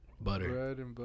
butter